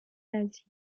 nazie